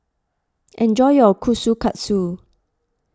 enjoy your Kushikatsu